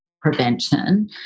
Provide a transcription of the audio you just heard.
prevention